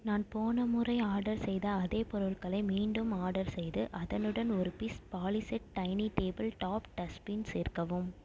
நான் போன முறை ஆடர் செய்த அதே பொருட்களை மீண்டும் ஆடர் செய்து அதனுடன் ஒரு piece polished tiny table top dustbin சேர்க்கவும்